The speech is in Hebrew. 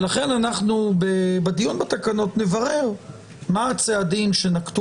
לכן בדיון בתקנות אנחנו נברר מה הצעדים שנקטו